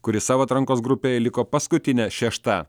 kuri savo atrankos grupėje liko paskutinė šešta